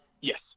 Yes